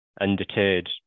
undeterred